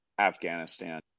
Afghanistan